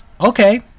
Okay